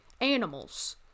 animals